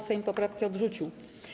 Sejm poprawki odrzucił.